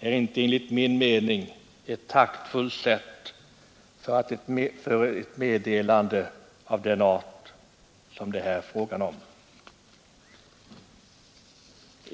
är enligt min mening inte ett taktfullt sätt att lämna ett meddelande av den art som det här är fråga om.